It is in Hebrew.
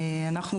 אנחנו,